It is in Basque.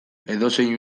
edozein